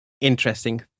interesting